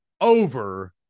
over